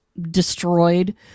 destroyed